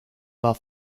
war